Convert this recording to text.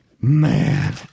Man